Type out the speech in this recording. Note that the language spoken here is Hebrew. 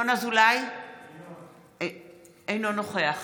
אינו נוכח